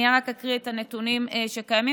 אני רק אקריא את הנתונים שקיימים,